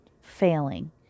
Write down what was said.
failing